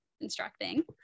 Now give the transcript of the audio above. instructing